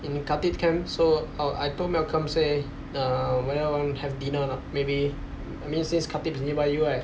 in khatib camp so uh I told malcolm say err whether want have dinner or not maybe I mean since khatib is nearby you right